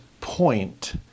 point